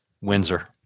Windsor